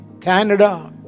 Canada